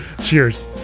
Cheers